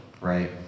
right